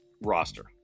roster